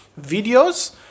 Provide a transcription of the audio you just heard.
videos